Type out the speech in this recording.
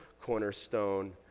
cornerstone